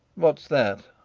what's that?